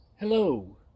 Hello